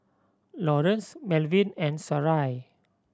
Lawrence Melvin and Sarai